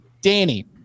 Danny